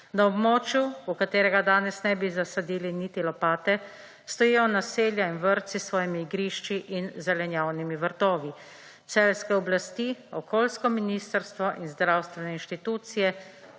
Na območju, v katerega danes ne bi zasadili niti lopate, stojijo naselja in vrtci s svojimi igrišči in zelenjavnimi vrtovi. Celjske oblasti, okoljsko ministrstvo in zdravstvene inštitucije